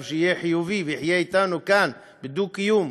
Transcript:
שיהיה חיובי ויחיה אתנו כאן בדו-קיום,